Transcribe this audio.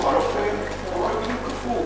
בכל אופן, זה פועל בדיוק הפוך.